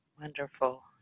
Wonderful